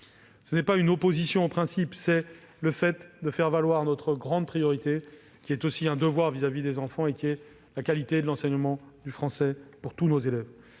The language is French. donc pas d'une opposition de principe, mais de faire valoir notre grande priorité, qui est aussi un devoir à l'égard des enfants, à savoir la qualité de l'enseignement du français pour tous nos élèves.